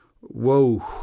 Whoa